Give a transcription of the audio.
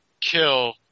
kill